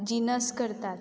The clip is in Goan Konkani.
जिनस करतात